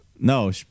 No